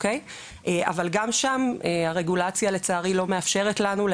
אבל גם שם הרגולציה לא מאפשרת לנו,